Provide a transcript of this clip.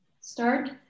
Start